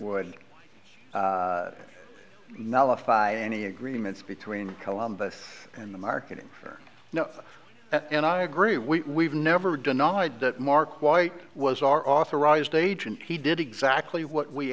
nullify any agreements between columbus and the marketing or no and i agree we never denied that mark white was our authorised agent he did exactly what we